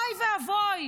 אוי ואבוי,